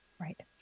Right